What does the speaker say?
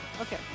Okay